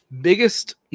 Biggest